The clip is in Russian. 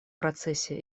процессе